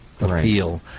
appeal